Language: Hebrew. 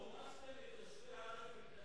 גם כתוב: והורשתם את יושבי הארץ מפניכם.